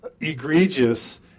egregious